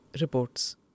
reports